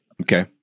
Okay